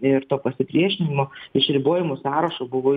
ir to pasipriešinimo iš ribojimų sąrašo buvo